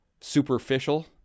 superficial